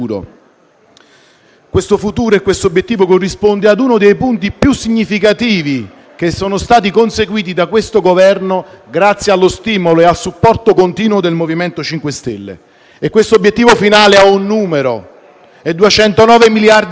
Questo futuro e questo obiettivo corrispondono ad uno dei punti più significativi che sono stati conseguiti da questo Governo grazie allo stimolo e al supporto continuo del MoVimento 5 Stelle. Tale obiettivo finale è rappresentato da un numero: 209 miliardi di euro.